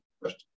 question